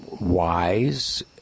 wise